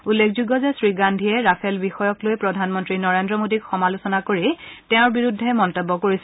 উল্লেখযোগ্য যে শ্ৰীগান্ধীয়ে ৰাফেল বিষযক লৈ প্ৰাধনমন্ত্ৰী নৰেন্দ্ৰ মোদীক সমালোচনা কৰি তেওঁৰ বিৰুদ্ধে এই মন্তব্য কৰিছিল